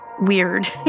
weird